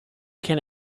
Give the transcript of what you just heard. can